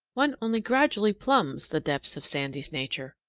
one only gradually plumbs the depths of sandy's nature.